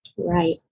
Right